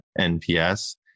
NPS